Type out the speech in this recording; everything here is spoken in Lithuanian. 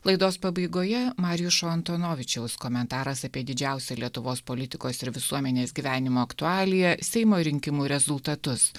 laidos pabaigoje mariušo antonovičiaus komentaras apie didžiausią lietuvos politikos ir visuomenės gyvenimo aktualiją seimo rinkimų rezultatus